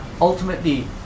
ultimately